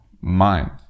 mind